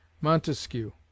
Montesquieu